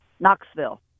Knoxville